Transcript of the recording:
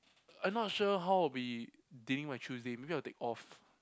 I'm not sure how will be dealing my Tuesday maybe I'll take off